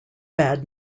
bad